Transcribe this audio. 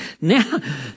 Now